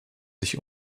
sich